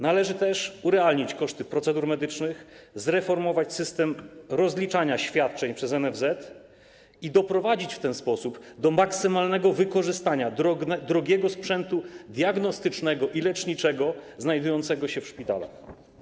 Należy też urealnić koszty procedur medycznych, zreformować system rozliczania świadczeń przez NFZ i doprowadzić w ten sposób do maksymalnego wykorzystania drogiego sprzętu diagnostycznego i leczniczego znajdującego się w szpitalach.